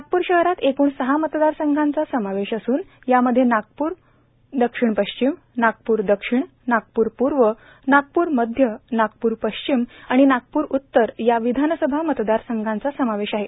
नागपूर शहरात एकूण सहा मतदारसंघांचा समावेश असून यामध्ये नागपूर दक्षिण पश्चिम नागपूर दक्षिण नागपूर पूर्व नागपूर मध्य नागपूर पश्चिम आणि नागपूर उत्तर या विधानसभा मतदारसंघाचा समावेश आहे